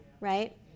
right